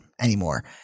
anymore